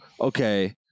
okay